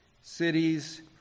cities